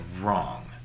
wrong